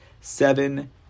seven